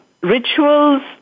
rituals